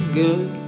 good